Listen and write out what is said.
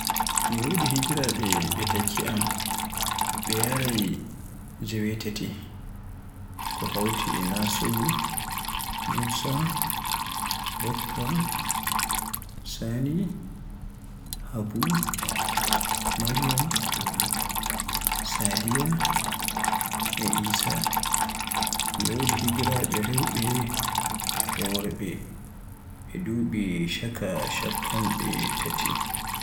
Mi wodi higiraaɓe be takki am ɓe yaarai jewetati ko hawti e Nasiru, Musa, Sani, Habu, Maryam, Safiya, Isah. Mi wodi higiraaɓe rewɓe e worɓe ɓe duɓi chaaka shappanɗe tati.